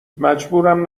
مجبورم